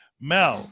Mel